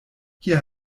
hier